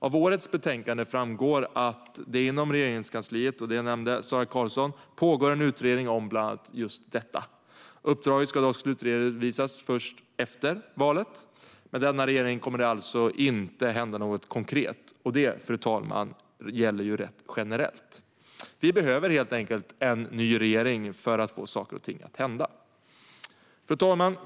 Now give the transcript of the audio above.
Av årets betänkande framgår att det inom Regeringskansliet, och det nämnde Sara Karlsson, pågår en utredning om bland annat just detta. Uppdraget ska dock slutredovisas först efter valet. Med denna regering kommer det alltså inte att hända något konkret. Det, fru talman, gäller ju rätt generellt. Vi behöver helt enkelt en ny regering för att få saker och ting att hända. Fru talman!